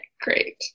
great